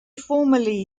formerly